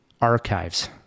archives